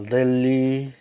Delhi